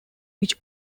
which